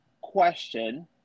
question